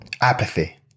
Apathy